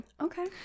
Okay